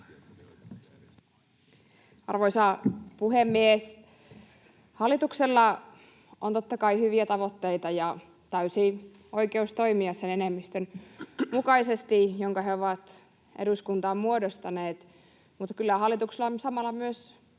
Arvoisa puhemies! Hallituksella on totta kai hyviä tavoitteita ja täysi oikeus toimia sen enemmistön mukaisesti, jonka he ovat eduskuntaan muodostaneet. Mutta kyllä hallituksella on samalla myös